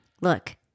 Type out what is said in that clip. Look